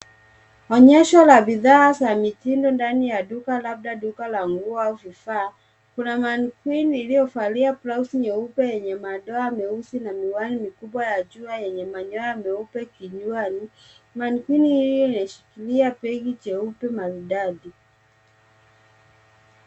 Onyesho la bidhaa za mitindo ndani ya duka labda duka la nguo au vifaa. Kuna (cs)mannequin(cs) iliyovalia blausi nyeupe yenye madoa meusi na miwani mikubwa ya jua yenye manyoya meupe kichwani. (cs)Mannequin(cs) hii imeshikilia bagi jeupe maridadi.